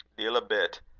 deil a bit!